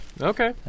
Okay